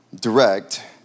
Direct